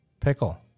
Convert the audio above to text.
Pickle